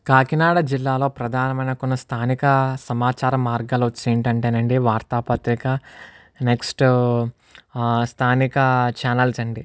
కాకినాడ జిల్లాలో ప్రధానమైన కొన స్థానిక సమాచారం మార్గాలు వచ్చి ఏమిటి అంటే అండి వార్తాపత్రిక నెక్స్ట్ స్థానిక ఛానల్స్ అండి